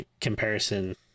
comparison